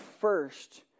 first